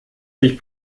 sich